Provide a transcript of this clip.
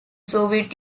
soviet